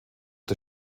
der